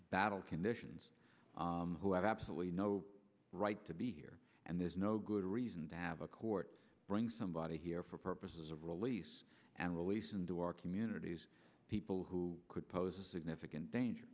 battle conditions who have absolutely no right to be here and there's no good reason to have a court bring somebody here for purposes of release and release into our communities people who could pose a significant danger